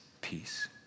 peace